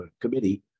committee